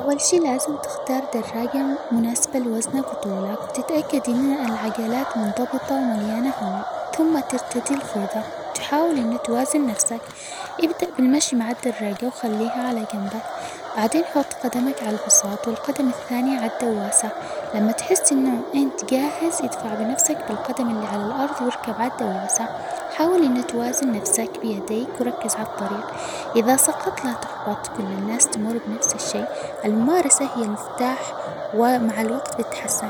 أول شيء لازم تختار دراجة مناسبة لوزنك ،وطولك، وتتأكد إن العجلات منضبطة ،ومليانة هواء ، ثم ترتدي الخوذة تحاول إنه توازن نفسك ،ابدأ بالمشي مع الدراجة ،وخليها على جنبك ،بعدين حط قدمك عالبساط والقدم الثانية عالدواسه، لما تحس انه انت جاهز ادفع بنفسك بالقدم اللي على الأرض واركب عالدواسة ، حاول انه توازن نفسك بيديك وركز عالطريق اذا سقطت لا تحبط ، كل الناس تمر بنفس الشيء الممارسة هي المفتاح ومع الوقت بتتحسن.